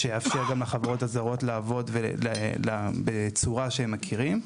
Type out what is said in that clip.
שיאפשר גם לחברות הזרות לעבוד בצורה המוכרת להן.